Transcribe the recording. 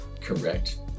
Correct